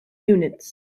units